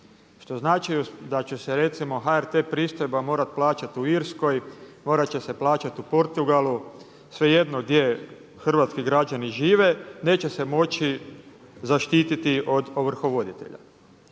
Što znači da će se recimo HRT pristojba morati plaćati u Irskoj, morat će se plaćati u Portugalu, svejedno gdje hrvatski građani žive, neće se moći zaštititi od ovrhovoditelja.